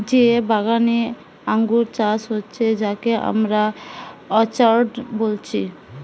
যে বাগানে আঙ্গুর চাষ হচ্ছে যাকে আমরা অর্চার্ড বলছি